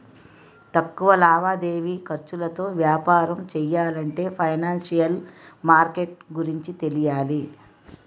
తక్కువ లావాదేవీ ఖర్చులతో వ్యాపారం చెయ్యాలంటే ఫైనాన్సిషియల్ మార్కెట్ గురించి తెలియాలి